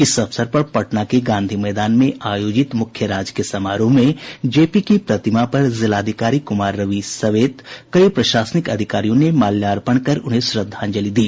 इस अवसर पर पटना के गांधी मैदान में आयोजित मुख्य राजकीय समारोह में जेपी की प्रतिमा पर जिलाधिकारी कुमार रवि समेत कई प्रशासनिक अधिकारियों ने माल्यार्पण कर उन्हें श्रद्धांजलि दी